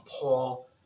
Paul